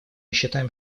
считаем